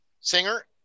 Singer